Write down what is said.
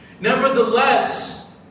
Nevertheless